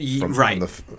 Right